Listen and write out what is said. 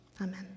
Amen